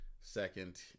Second